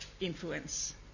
influence